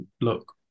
look